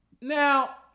Now